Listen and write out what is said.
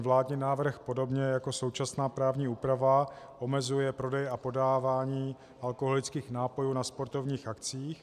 Vládní návrh podobně jako současná právní úprava omezuje prodej a podávání alkoholických nápojů na sportovních akcích.